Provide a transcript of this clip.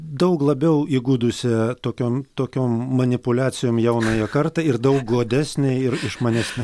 daug labiau įgudusią tokiom tokiom manipuliacijom jaunąją kartą ir daug godesnę ir išmanesnę